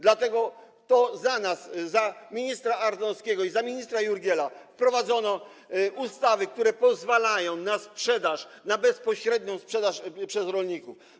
Dlatego to za nas, za ministra Ardanowskiego i za ministra Jurgiela, wprowadzono ustawy, które pozwalają na sprzedaż, na bezpośrednią sprzedaż przez rolników.